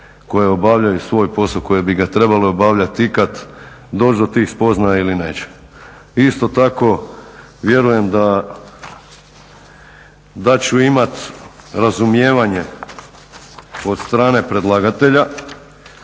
koje obavljaju svoj posao koje bi ga trebale obavljati ikad doći do tih spoznaja ili neće. Isto tako vjerujem da ću imati razumijevanje od strane predlagatelja,